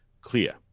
clear